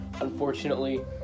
Unfortunately